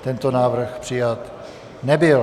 Tento návrh přijat nebyl.